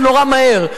זה נורא מהר.